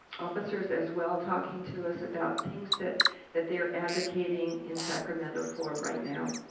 officers, as well, talking to us about things that that they're advocating in sacramento for right now.